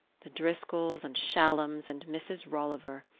the driscolls and shallums and mrs. rolliver!